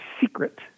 secret